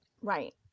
Right